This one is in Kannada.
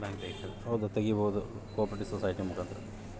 ಕಮ್ಯುನಿಟಿ ಅಂದ್ರ ಸಮುದಾಯ ಅದರಲ್ಲಿನ ಮಂದಿ ಬ್ಯಾಂಕ್ ತಗಿತಾರೆ